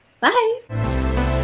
Bye